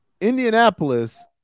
Indianapolis